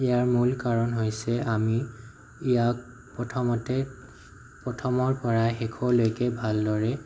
ইয়াৰ মূল কাৰণ হৈছে আমি ইয়াক প্ৰথমতে প্ৰথমৰ পৰাই শেষলৈকে ভালদৰে